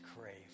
crave